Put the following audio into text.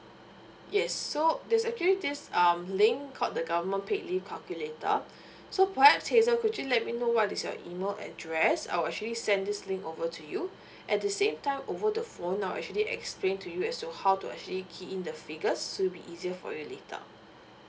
yes so there's actually this um link called the government paid leave calculator so perhaps hazel could you let me know what is your email address I'll actually send this link over to you at the same time over the phone I'll actually explain to you as to how to actually key in the figures so it'll be easier for you later